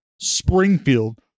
Springfield